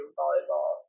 volleyball